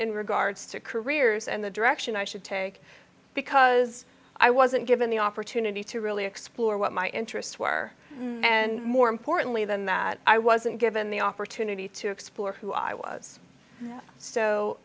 in regards to careers and the direction i should take because i wasn't given the opportunity to really explore what my interests were and more importantly than that i wasn't given the opportunity to explore who i was so